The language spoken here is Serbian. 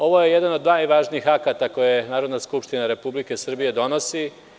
Ovo je jedan od najvažnijih akata koje Narodna skupština Republike Srbije donosi.